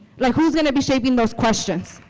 like who's going to be shaping those questions?